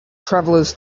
travelers